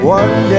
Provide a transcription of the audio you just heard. one